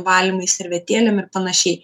valymai servetėlėm ir panašiai